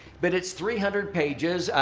but it's three hundred pages.